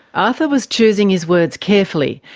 arthur was choosing his words carefully,